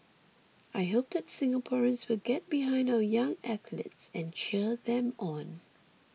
I hope that Singaporeans will get behind our young athletes and cheer them on